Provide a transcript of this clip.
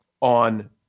on